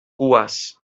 cues